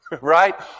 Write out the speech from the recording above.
right